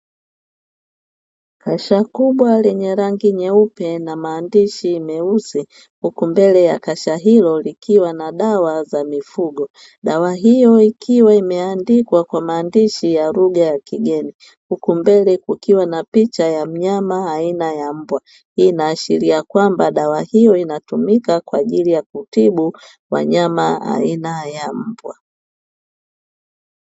Kasha kubwa lenye rangi nyeupe na maandishi meusi huku mbele ya kasha hilo likiwa na dawa za mifugo, dawa hiyo ikiwa imeandikwa kwa maandishi ya lugha ya kigeni huku mbele kukiwa na picha ya mnyama aina ya mbwa, hii inaashiria kwamba dawa hiyo unatumika kwa ajili ya kutibu wanyama aina ya mbwa.